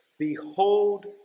Behold